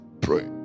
pray